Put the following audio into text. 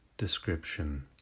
Description